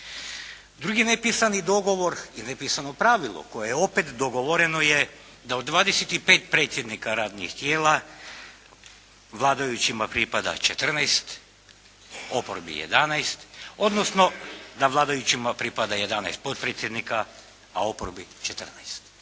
Drugi nepisani dogovor i nepisano pravilo koje je opet dogovoreno je da od 25 predsjednika radnih tijela vladajućima pripada 14, oporbi 11 odnosno da vladajućima pripada 11 potpredsjednika, a oporbi 14.